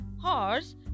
Horse